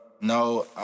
no